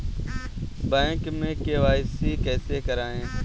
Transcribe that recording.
Bank में KYC कैसे करायें?